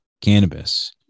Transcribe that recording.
cannabis